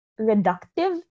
reductive